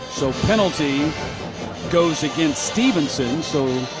so penalty goes against stephenson. so